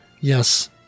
Yes